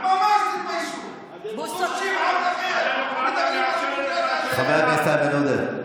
חבר הכנסת איימן עודה,